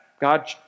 God